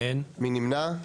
מי נמנע?